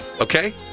Okay